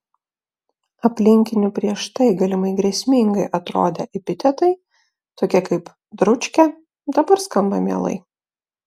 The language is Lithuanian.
aplinkinių prieš tai galimai grėsmingai atrodę epitetai tokie kaip dručkė dabar skamba mielai